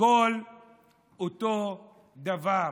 הכול אותו דבר.